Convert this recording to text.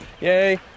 yay